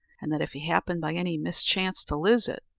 and that, if he happened by any mischance to lose it,